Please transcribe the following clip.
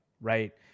right